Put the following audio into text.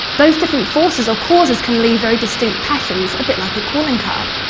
those different forces or causes can leave very distinct patterns, a bit like a calling card.